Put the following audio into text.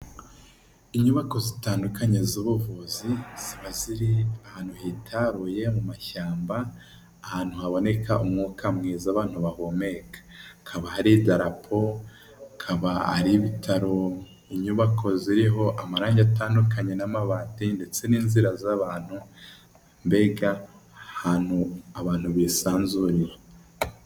Inyubako zitandukanye z'ubuvuzi ziba ziri ahantu hitaruye mu mashyamba ahantu haboneka umwuka mwiza abantu bahumeka hakaba hari idarapo hakaba ari ibitaro inyubako ziriho amarangi atandukanye n'amabati ndetse n'inzira z'abantu mbega ahantu abantu bisanzurira.